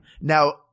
Now